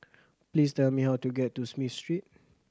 please tell me how to get to Smith Street